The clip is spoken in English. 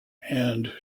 and